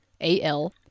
AL